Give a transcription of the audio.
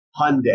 Hyundai